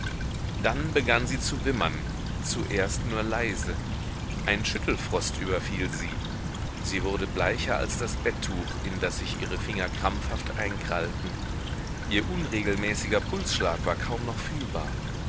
dann begann sie zu wimmern zuerst nur leise ein schüttelfrost überfiel sie sie wurde bleicher als das bettuch in das sich ihre finger krampfhaft einkrallten ihr unregelmäßiger pulsschlag war kaum noch fühlbar